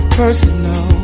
personal